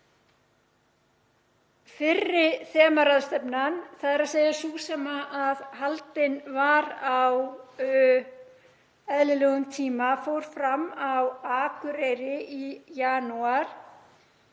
Fyrri þemaráðstefnan, sú sem haldin var á eðlilegum tíma, fór fram á Akureyri í janúar